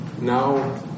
now